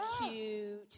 cute